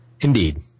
Indeed